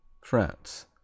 france